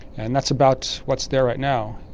and that's about what's there right now.